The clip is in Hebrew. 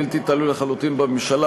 בלתי תלוי לחלוטין בממשלה,